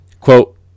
Quote